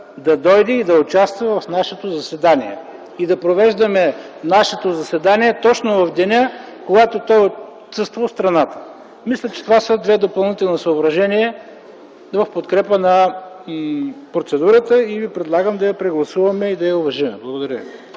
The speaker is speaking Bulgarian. да дойде и да участва в нашето заседание и да провеждаме нашето заседание точно в деня, когато той отсъства от страната. Мисля, че това са две допълнителни съображения в подкрепа на процедурата и предлагам да я прегласуваме и да я уважим. Благодаря